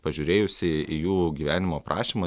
pažiūrėjus į jų gyvenimo aprašymą